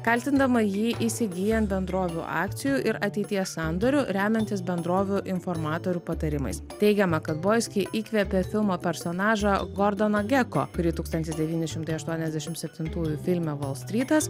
kaltindama jį įsigyjant bendrovių akcijų ir ateities sandorių remiantis bendrovių informatorių patarimais teigiama kad boiski įkvėpė filmo personažą gordoną geko kurį tūkstantis devyni šimtai aštuoniasdešim septintųjų filme volstrytas